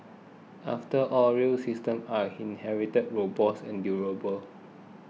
after all rail systems are inherently robust and durable